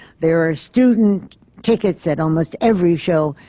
there are student tickets at almost every show,